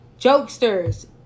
Jokesters